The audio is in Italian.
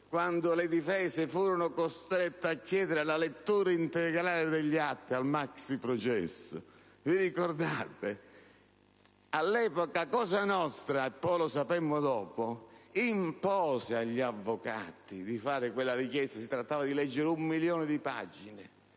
1985, le difese furono costrette a chiedere la lettura integrale degli atti al maxiprocesso. Ve lo ricordate? All'epoca Cosa nostra - lo sapemmo dopo - impose agli avvocati di fare quella richiesta. Si trattava di leggere un milione di pagine.